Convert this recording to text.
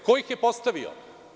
Ko ih je postavio?